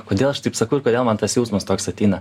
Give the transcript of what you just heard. kodėl aš taip sakau ir kodėl man tas jausmas toks ateina